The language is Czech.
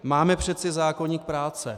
Máme přece zákoník práce.